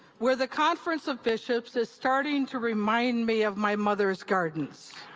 where the conference of bishops is starting to remind me of my mother's gardens.